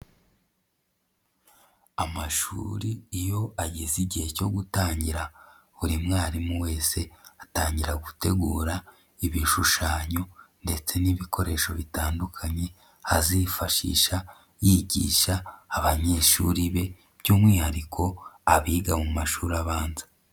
Amashuri iyo ageze igihe cyo gutangira, buri mwarimu wese atangira gutegura ibishushanyo ndetse n'ibikoresho bitandukanye azifashisha yigisha abanyeshuri be, by'umwihariko abiga mu mashuri abanza.